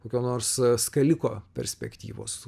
kokio nors skaliko perspektyvos